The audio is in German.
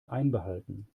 einbehalten